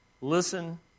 Listen